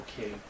okay